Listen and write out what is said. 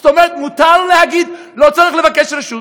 זאת אומרת, מותר להגיד, לא צריך לבקש רשות.